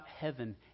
heaven